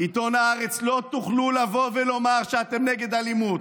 עיתון הארץ, לא תוכלו לומר שאתם נגד אלימות.